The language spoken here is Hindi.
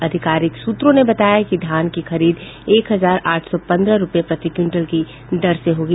आधिकारिक सूत्रों ने बताया कि धान की खरीद एक हजार आठ सौ पन्द्रह रूपये प्रति क्विंटल की दर से होगी